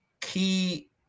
key